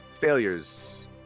Failures